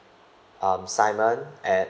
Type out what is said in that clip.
um simon at